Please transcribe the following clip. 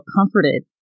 comforted